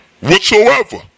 whatsoever